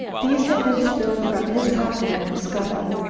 these had been spilled from his pocket in the scuffle,